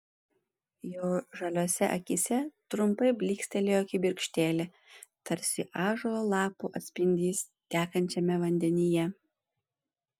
jo žaliose akyse trumpai blykstelėjo kibirkštėlė tarsi ąžuolo lapų atspindys tekančiame vandenyje